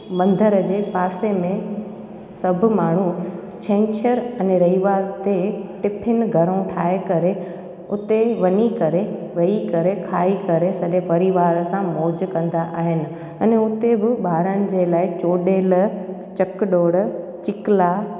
मंदर जे पासे में सभु माण्हू छंछर अने रविवार ते टिफिन घरो ठाहे करे उते वञी करे वेही करे खाई करे सॼे परिवार सां मौजु कंदा आहिनि अने हुते बि ॿारनि जे लाइ चोॾियल चक डौड़ चिकला